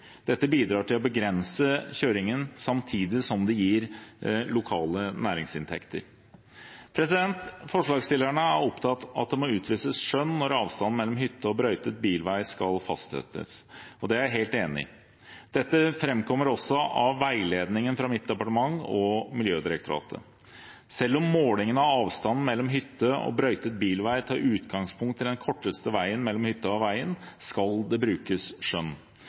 Dette bidrar til å begrense kjøringen samtidig som det gir lokale næringsinntekter. Forslagsstillerne er opptatt av at det må utvises skjønn når avstanden mellom hytte og brøytet bilvei skal fastsettes. Det er jeg helt enig i. Dette framkommer også av veiledningen fra mitt departement og Miljødirektoratet. Selv om målingen av avstanden mellom hytte og brøytet bilvei tar utgangspunkt i den korteste veien mellom hytta og veien, skal det brukes skjønn.